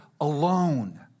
alone